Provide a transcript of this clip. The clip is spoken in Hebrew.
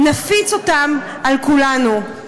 נפיץ אותם על כולנו.